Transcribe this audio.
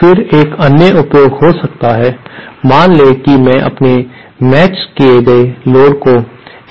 फिर एक अन्य उपयोग हो सकता है मान लें कि मैं अपने मेचड़ किए गए लोड को